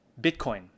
Bitcoin